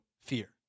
fear